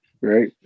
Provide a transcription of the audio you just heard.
right